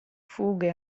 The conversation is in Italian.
fughe